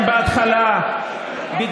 ראש הממשלה שלא יושב פה.